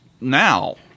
now